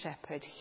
shepherd